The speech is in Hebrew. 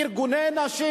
ארגוני נשים,